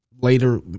later